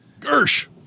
Gersh